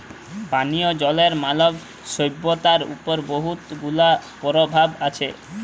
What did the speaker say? পানীয় জলের মালব সইভ্যতার উপর বহুত গুলা পরভাব আছে